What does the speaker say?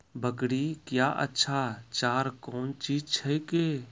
बकरी क्या अच्छा चार कौन चीज छै के?